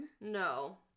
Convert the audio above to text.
No